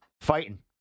fighting